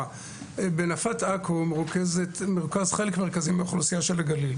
בנפת עכו מרוכזת חלק מרכזי מהאוכלוסייה של הגליל,